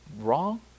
wrong